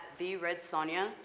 theredsonia